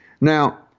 Now